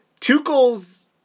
Tuchel's